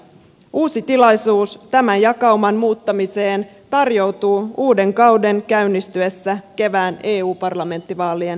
uusi tilaisuus tämän jakauman muuttamiseen tarjoutuu uuden kauden käynnistyessä kevään eu parlamenttivaalien jälkeen